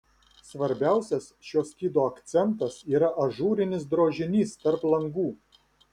svarbiausias šio skydo akcentas yra ažūrinis drožinys tarp langų